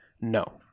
no